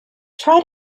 try